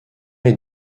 est